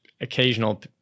occasional